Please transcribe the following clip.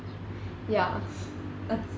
ya uh